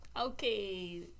Okay